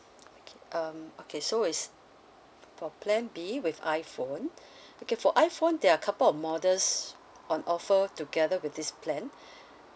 okay um okay so is for plan B with iphone okay for iphone there are couple of models on offer together with this plan